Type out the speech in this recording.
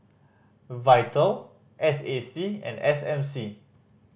Vital S A C and S M C